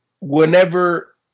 whenever